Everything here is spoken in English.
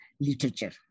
literature